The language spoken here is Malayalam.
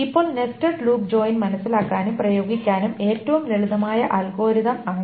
ഇപ്പോൾ നെസ്റ്റഡ് ലൂപ്പ് ജോയിൻ മനസ്സിലാക്കാനും പ്രയോഗിക്കാനും ഏറ്റവും ലളിതമായ അൽഗോരിതം ആണ്